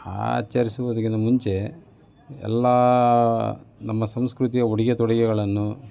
ಆಚರಿಸುವುದಕ್ಕಿಂತ ಮುಂಚೆ ಎಲ್ಲ ನಮ್ಮ ಸಂಸ್ಕೃತಿಯ ಉಡುಗೆ ತೊಡುಗೆಗಳನ್ನು